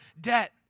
debt